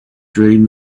dream